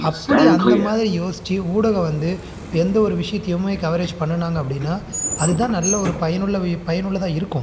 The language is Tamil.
அப்படி அந்த மாதிரி யோசித்து ஊடகம் வந்து எந்த ஒரு விஷயத்தையுமே கவரேஜ் பண்ணினாங்க அப்படின்னா அதுதான் நல்ல ஒரு பயனுள்ள வ பயனுள்ளதாக இருக்கும்